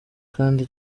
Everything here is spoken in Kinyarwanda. kandi